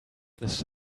this